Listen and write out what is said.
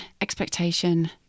expectation